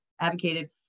advocated